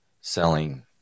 selling